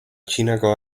txinako